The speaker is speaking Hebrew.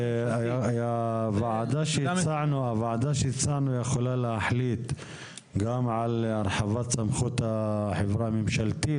הוועדה שהצענו יכולה להחליט גם על הרחבת סמכות החברה הממשלתית.